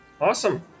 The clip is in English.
Awesome